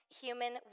human